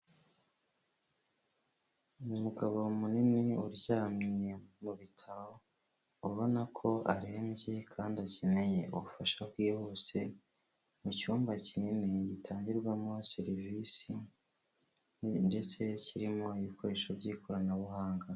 Ni umugabo munini, uryamye mu bitaro, ubona ko arembye kandi akeneye ubufasha bwihuse, mu cyumba kinini gitangirwamo serivisi ndetse kirimo ibikoresho by'ikoranabuhanga.